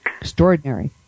Extraordinary